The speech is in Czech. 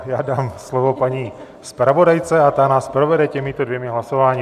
Já dám slovo paní zpravodajce a ta nás provede těmito dvěma hlasováními.